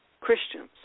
Christians